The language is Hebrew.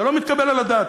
זה לא מתקבל על הדעת.